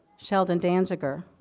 sheldon danziger.